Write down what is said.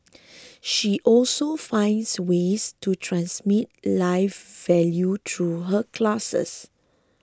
she also finds ways to transmit life value through her classes